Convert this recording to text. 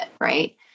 right